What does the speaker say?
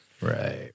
Right